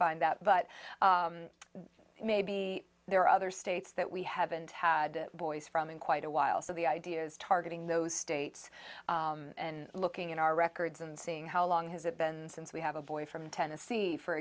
find out but maybe there are other states that we haven't had boys from in quite a while so the idea is targeting those states and looking in our records and seeing how long has it been since we have a boy from tennessee for